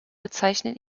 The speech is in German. bezeichnen